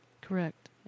Correct